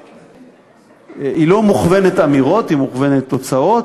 היא לא מוכוונת אמירות, היא מוכוונת תוצאות,